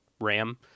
ram